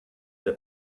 der